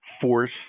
force